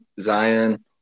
Zion